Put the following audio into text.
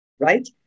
Right